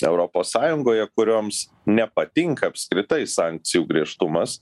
europos sąjungoje kurioms nepatinka apskritai sankcijų griežtumas